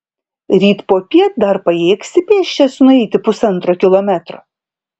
ryt popiet dar pajėgsi pėsčias nueiti pusantro kilometro